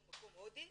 מקום הודי